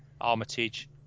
Armitage